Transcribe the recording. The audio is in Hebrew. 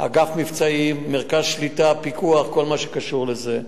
אגף מבצעים, מרכז שליטה, פיקוח, כל מה שקשור לזה.